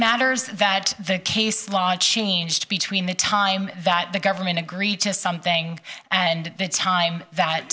matters that the case law changed between the time that the government agreed to something and the time that